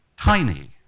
tiny